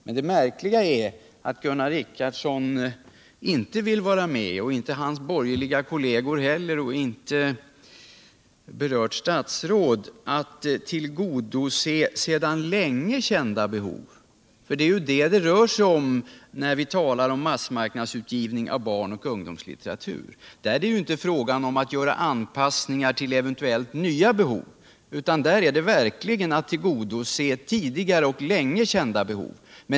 Men det märkliga är att varken Gunnar Richardson, hans borgerliga kolleger eller berört statsråd vill vara med om att tillgodose sedan länge kända behov. Det är ju vad det rör sig om när vi talar om massmarknadsutgivning av barn och ungdomslitteratur. Där är det inte fråga om att göra anpassningar till eventuellt nya behov, utan där gäller det verkligen att tillgodose tidigare och sedan länge kända behov.